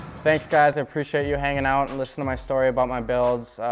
thanks, guys. i appreciate you hanging out and listening to my story about my builds.